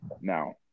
Now